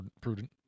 prudent